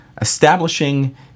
establishing